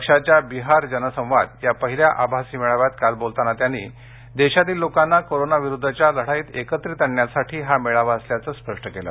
पक्षाच्या बिहार जन संवाद या पहिल्या आभासी मेळाव्यात काल बोलताना त्यांनी देशातील लोकांना कोरोनाविरुद्धच्या लढाईत एकत्रित आणण्यासाठी हा मेळावा असल्याचं स्पष्ट केलं